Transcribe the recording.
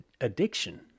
addiction